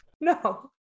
No